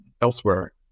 elsewhere